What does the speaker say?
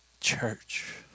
Church